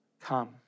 Come